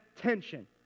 tension